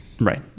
Right